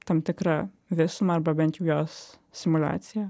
tam tikrą visumą arba bent jos simuliaciją